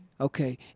Okay